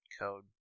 code